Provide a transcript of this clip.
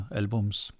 albums